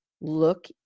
look